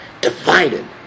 divided